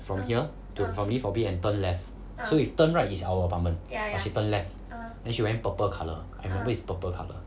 from here to from the lift lobby and turn left so you turn right is our apartment but she left then she wearing purple colour I remember is purple colour